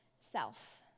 self